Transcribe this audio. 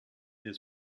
des